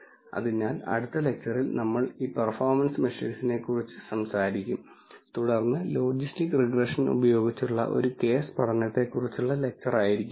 അതിനാൽ അടുത്ത ലെക്ച്ചറിൽ നമ്മൾ ഈ പെർഫോമൻസ് മെഷേഴ്സിനെക്കുറിച്ച് സംസാരിക്കും തുടർന്ന് ലോജിസ്റ്റിക് റിഗ്രഷൻ ഉപയോഗിച്ചുള്ള ഒരു കേസ് പഠനത്തെക്കുറിച്ചുള്ള ലെക്ച്ചറായിരിക്കും അത്